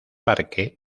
parque